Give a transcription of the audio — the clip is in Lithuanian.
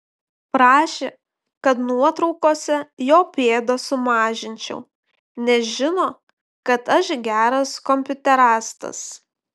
prašė kad nuotraukose jo pėdas sumažinčiau nes žino kad aš geras kompiuterastas